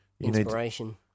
inspiration